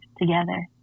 together